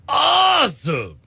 awesome